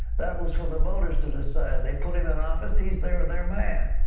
that was for the voters to decide. they put him in office, he is their their man.